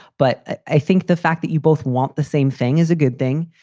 but i think the fact that you both want the same thing is a good thing.